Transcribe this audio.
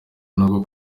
nubwo